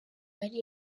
ari